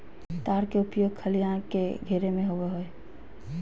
तार के उपयोग खलिहान के घेरे में होबो हइ